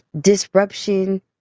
disruption